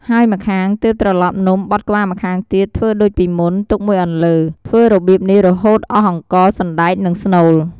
ហើយម្ខាង ទើបត្រឡប់នំបត់ក្បាលម្ខាងទៀតធ្វើដូចពីមុន ទុកមួយអន្លើ ធ្វើរបៀបនេះរហូតអស់អង្ករ សណ្ដែក និងស្នូល។